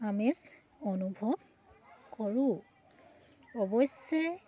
আমেজ অনুভৱ কৰোঁ অৱশ্যে